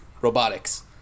robotics